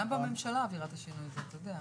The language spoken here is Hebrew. וגם בממשלה אווירת השינוי, אתה יודע.